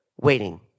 waiting